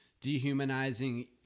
Dehumanizing